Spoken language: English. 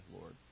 Lord